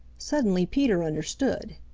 suddenly peter understood.